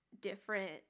different –